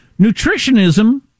Nutritionism